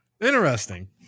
interesting